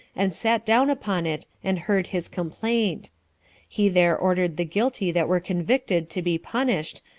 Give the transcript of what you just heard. and sat down upon it, and heard his complaint he there ordered the guilty that were convicted to be punished,